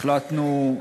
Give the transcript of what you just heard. החלטנו,